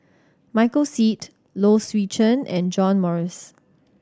Michael Seet Low Swee Chen and John Morrice